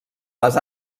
les